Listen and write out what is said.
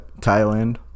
Thailand